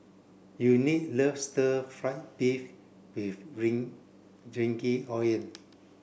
Unique loves stir fry beef with